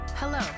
Hello